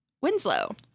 Winslow